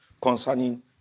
concerning